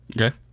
Okay